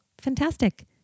fantastic